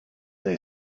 they